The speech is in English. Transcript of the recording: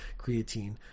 Creatine